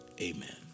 Amen